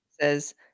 says